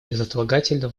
безотлагательно